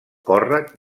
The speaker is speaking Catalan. còrrec